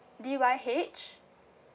D Y H